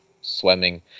swimming